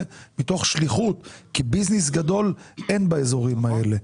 מתוך שליחות כי ביזנס גדול אין באזורים האלה.